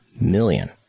million